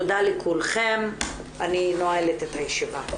תודה לכולכם, אני נועלת את הישיבה.